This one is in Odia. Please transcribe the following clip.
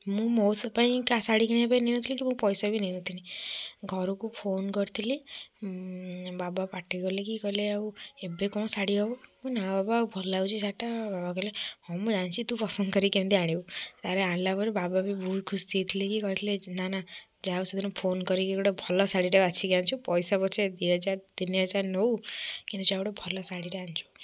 ମୁଁ ମଉସା ପାଇଁ କାହା ଶାଢ଼ୀ କିଣିବା ପାଇଁ ନେଇନଥିଲି କି ମୁଁ ପଇସା ବି ନେଇନଥିଲି ଘରକୁ ଫୋନ୍ କରିଥିଲି ବାବା ପାଟି କଲେ କି କହିଲେ ଆଉ ଏବେ କଣ ଶାଢ଼ୀ ହେବ ମୁଁ ନା ବାବା ଆଉ ଭଲ ଲାଗୁଛି ଶାଢ଼ୀ ଟା ବାବା କହିଲେ ହଁ ମୁଁ ଜାଣିଛି ତୁ ପସନ୍ଦ କରିକି କେମିତିଆ ଆଣିବୁ ତାପରେ ଆଣିଲା ପରେ ବାବା ବି ବହୁତ ଖୁସି ହେଇଥିଲେ କି କହିଥିଲେ ନା ନା ଯାହା ହେଉ ସେଦିନ ଫୋନ୍ କରିକି ଗୋଟେ ଭଲ ଶାଢ଼ୀଟେ ବାଛିକି ଆଣିଛୁ ପଇସା ପଛେ ଦୁଇହଜାର ତିନି ହଜାର ନେଉ କିନ୍ତୁ ଯାହା ହେଉ ଗୋଟେ ଭଲ ଶାଢ଼ୀଟେ ଆଣିଛୁ